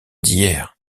d’hier